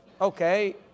okay